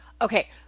Okay